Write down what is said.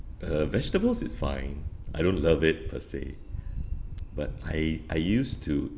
uh vegetables is fine I don't love it per se but I I used to